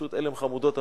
פשוט עלם חמודות אמיתי,